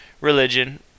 religion